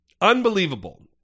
Unbelievable